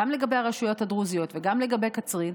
גם לגבי הרשויות הדרוזיות וגם לגבי קצרין,